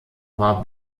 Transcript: war